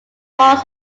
falls